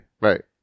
Right